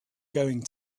going